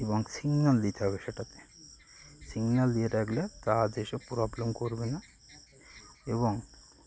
এবং সিগনাল দিতে হবে সেটাতে সিগনাল দিয়ে রাাখলে তাতে এসব প্রবলেম করবে না এবং